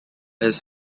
his